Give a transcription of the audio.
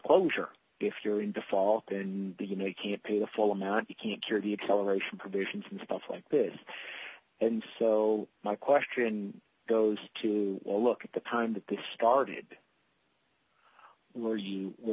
closure if you're in default in the you know you can't pay the full amount you can't cure the acceleration provisions and stuff like this and so my question goes to a look at the time that they started were you were